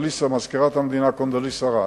מזכירת המדינה אז קונדוליסה רייס,